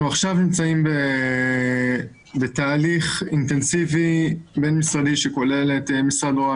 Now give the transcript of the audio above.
אנחנו עכשיו נמצאים בתהליך אינטנסיבי בין-משרדי שכולל את משרד רוה"מ,